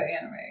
anime